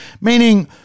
Meaning